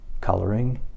coloring